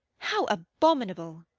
how abominable!